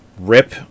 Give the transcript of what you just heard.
Rip